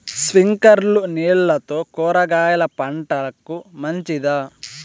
స్ప్రింక్లర్లు నీళ్లతో కూరగాయల పంటకు మంచిదా?